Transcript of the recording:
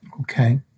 Okay